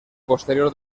posterior